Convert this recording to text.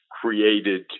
created